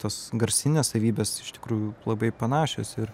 tos garsinės savybės iš tikrųjų labai panašios ir